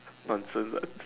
answer that